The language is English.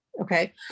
okay